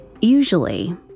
Usually